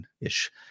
ish